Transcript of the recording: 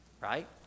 right